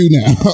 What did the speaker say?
now